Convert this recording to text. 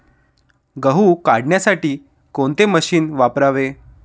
गहू काढण्यासाठी कोणते मशीन वापरावे?